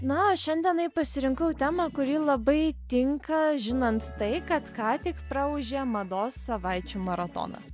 na o šiandienai pasirinkau temą kuri labai tinka žinant tai kad ką tik praūžė mados savaičių maratonas